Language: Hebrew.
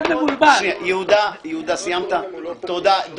של סיגריות,